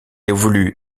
évolue